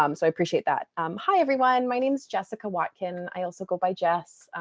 um so i appreciate that. um hi, everyone, my name is jessica watkin. i also go by jess.